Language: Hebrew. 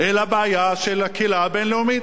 אלא היא בעיה של הקהילה הבין-לאומית,